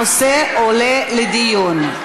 הנושא עולה לדיון.